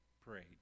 prayed